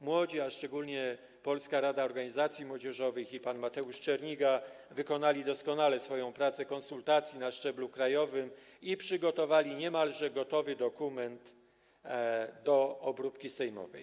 Młodzi, a szczególnie Polska Rada Organizacji Młodzieżowych i pan Mateusz Czerniga, wykonali doskonale swoją pracę w postaci konsultacji na szczeblu krajowym i przygotowali niemalże gotowy dokument do obróbki sejmowej.